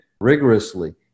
rigorously